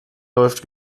läuft